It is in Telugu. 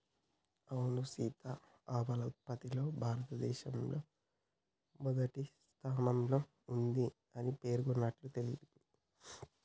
అవును సీత ఆవాల ఉత్పత్తిలో భారతదేశం మొదటి స్థానంలో ఉంది అని పేర్కొన్నట్లుగా తెలింది